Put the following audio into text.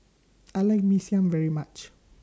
I like Mee Siam very much